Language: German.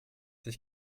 sich